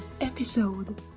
episode